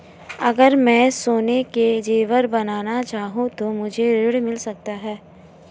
अगर मैं सोने के ज़ेवर बनाना चाहूं तो मुझे ऋण मिल सकता है?